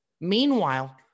Meanwhile